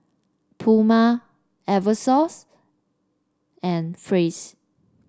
Puma Eversoft and Praise